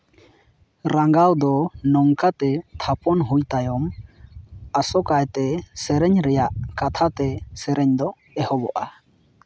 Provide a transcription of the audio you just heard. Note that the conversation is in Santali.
ᱨᱟᱸᱜᱟᱣ ᱫᱚ ᱱᱚᱝᱠᱟᱛᱮ ᱛᱷᱟᱯᱚᱱ ᱦᱩᱭ ᱛᱟᱭᱚᱢ ᱟᱥᱳᱠᱟᱭᱛᱮ ᱥᱮᱨᱮᱧ ᱨᱮᱭᱟᱜ ᱠᱟᱛᱷᱟᱛᱮ ᱥᱮᱨᱮᱧ ᱫᱚ ᱮᱦᱚᱵᱚᱜᱼᱟ